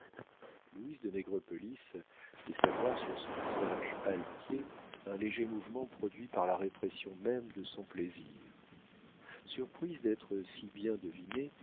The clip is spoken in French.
louise de nègrepelisse laissa voir sur son visage altier un léger mouvement produit par la répression même de son plaisir surprise d'être si bien devinée